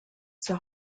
zur